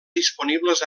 disponibles